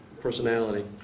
personality